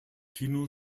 tino